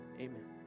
amen